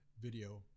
video